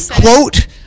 quote